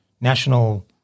national